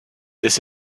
this